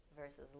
versus